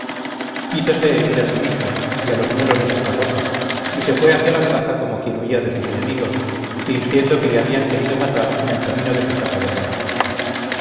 este modo hízose herir a sí mismo y a los mulos de su carroza y se fue hacia la plaza como quien huía de sus enemigos fingiendo que le habían querido matar en el camino de su casa de campo